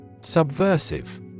Subversive